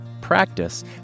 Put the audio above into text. practice